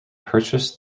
purchased